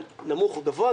נמוך או גבוה,